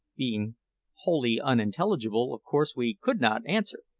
being wholly unintelligible, of course we could not answer.